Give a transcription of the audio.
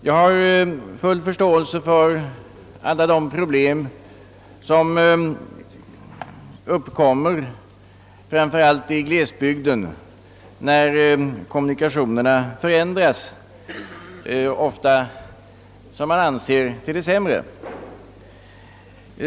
Jag har full förståelse för de problem som kan uppkomma, framför allt i glesbygderna, när kommunikationerna ändras — man anser ofta till det sämre.